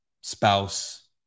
spouse